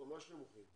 ממש נמוכים.